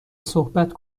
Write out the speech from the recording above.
صحبت